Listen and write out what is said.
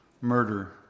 murder